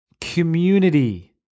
Community